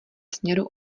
směru